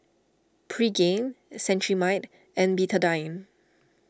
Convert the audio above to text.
Pregain Cetrimide and Betadine